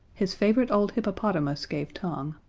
his favourite old hippopotamus gave tongue.